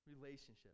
relationship